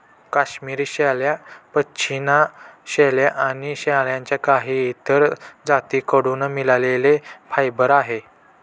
काश्मिरी शेळ्या, पश्मीना शेळ्या आणि शेळ्यांच्या काही इतर जाती कडून मिळालेले फायबर आहे